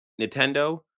Nintendo